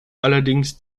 allerdings